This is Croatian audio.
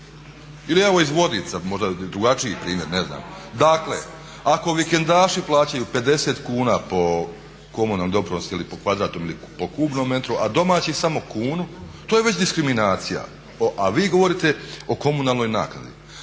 Ili evo iz Vodica, možda je drugačiji primjer, ne znam. Dakle, ako vikendaši plaćaju 50 kuna po komunalnom doprinosu ili po kvadratu ili po kubnom metru, a domaći samo kunu. To je već diskriminacija. A vi govorite o komunalnoj naknadi.